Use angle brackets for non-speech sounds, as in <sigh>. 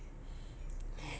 <breath>